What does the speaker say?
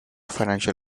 financial